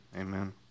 Amen